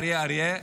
אריה,